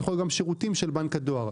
שבתוכו ניתנים שירותים של בנק הדואר.